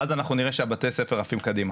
אז אנחנו נראה שבתי הספר עפים קדימה.